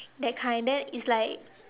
that kind then it's like